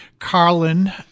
Carlin